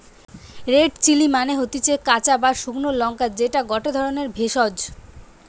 red chilli মানে হতিছে কাঁচা বা শুকলো লঙ্কা যেটা গটে ধরণের ভেষজ